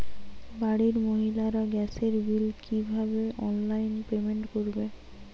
বাড়ির মহিলারা গ্যাসের বিল কি ভাবে অনলাইন পেমেন্ট করবে?